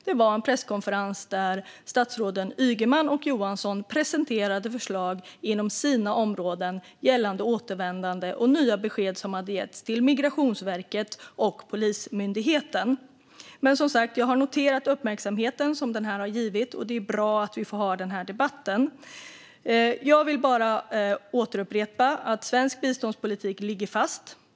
Det var en presskonferens där statsråden Ygeman och Johansson presenterade förslag på sina områden gällande återvändande och nya besked som hade getts till Migrationsverket och Polismyndigheten. Men jag har som sagt noterat den uppmärksamhet presskonferensen gett upphov till, och det är bra att vi får ha den här debatten. Jag vill bara upprepa att svensk biståndspolitik ligger fast.